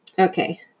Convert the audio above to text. Okay